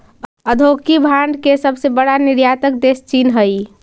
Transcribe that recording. औद्योगिक भांड के सबसे बड़ा निर्यातक देश चीन हई